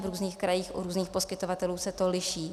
V různých krajích u různých poskytovatelů se to liší.